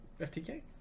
FTK